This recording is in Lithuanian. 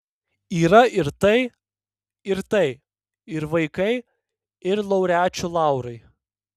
yra ir tai ir tai ir vaikai ir laureačių laurai